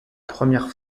première